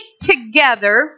together